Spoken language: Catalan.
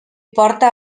porta